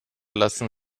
lassen